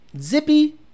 Zippy